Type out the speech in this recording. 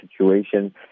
situation